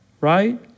right